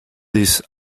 these